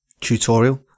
tutorial